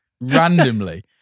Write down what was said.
randomly